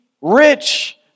rich